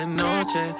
noche